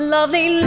Lovely